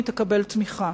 היא תקבל תמיכה.